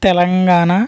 Telangana